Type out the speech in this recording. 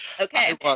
Okay